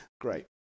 Great